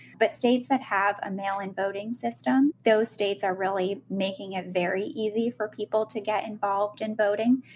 but states that have a mail-in voting system, those states are really making it very easy for people to get involved in voting.